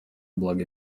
благо